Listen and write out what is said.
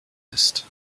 ist